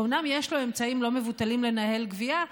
אומנם יש לו אמצעים לא מבוטלים לנהל גבייה,